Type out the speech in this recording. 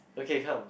okay come